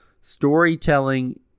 Storytelling